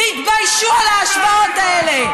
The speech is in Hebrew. תתביישו על ההשוואות האלה.